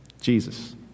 Jesus